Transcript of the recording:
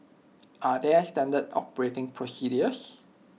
are there standard operating procedures